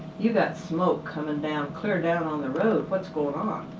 you got smoke coming down clear down on the road. what's going um on?